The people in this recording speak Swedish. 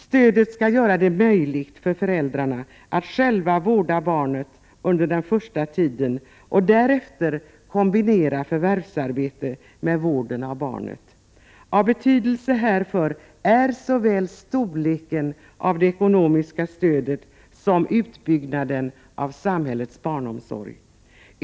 Stödet skall göra det möjligt för föräldrarna att själva vårda barnet under den första tiden och därefter kombinera förvärvsarbete med vård av barnet. Av betydelse härför är såväl storleken på det ekonomiska stödet som utbyggnaden av samhällets barnomsorg.